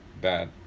bad